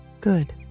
good